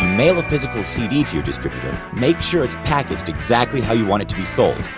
mail a physical cd to your distributor, make sure it's packaged exactly how you want it to be sold,